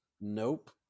Nope